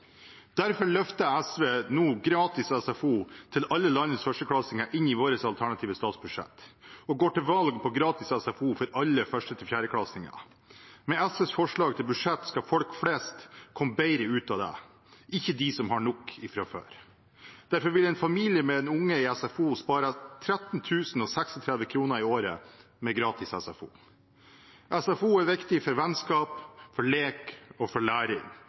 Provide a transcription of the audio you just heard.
Derfor løfter SV nå gratis SFO til alle landets førsteklassinger inn i vårt alternative statsbudsjett og går til valg på gratis SFO for alle første- til fjerdeklassinger. Med SVs forslag til budsjett skal folk flest komme bedre ut, ikke de som har nok fra før. En familie med en unge i SFO vil spare 13 036 kr i året med gratis SFO. SFO er viktig for vennskap, for lek og for læring.